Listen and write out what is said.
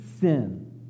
sin